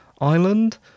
island